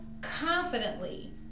confidently